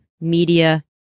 media